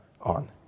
on